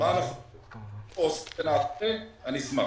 אני אשמח.